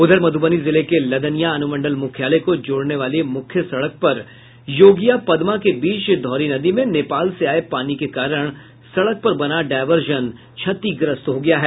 वहीं मधुबनी जिले के लदनियां अनुमंडल मुख्यालय को जोड़नेवाली मूख्य सड़क पर योगिया पदमा के बीच धौरी नदी में नेपाल से आये पानी के कारण सड़क पर बना डायवर्जन क्षतिग्रस्त हो गया है